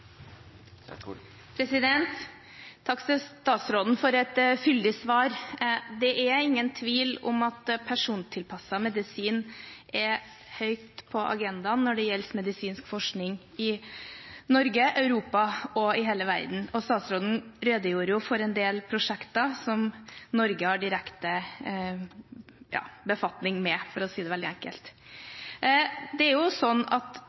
agendaen når det gjelder medisinsk forskning i Norge, i Europa og i hele verden. Statsråden redegjorde for en del prosjekter som Norge har direkte befatning med, for å si det veldig enkelt. Det er jo sånn at